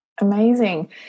Amazing